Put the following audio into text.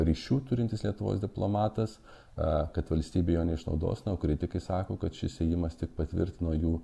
ryšių turintis lietuvos diplomatas a kad valstybė jo neišnaudos na o kritikai sako kad šis ėjimas tik patvirtino jų